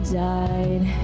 died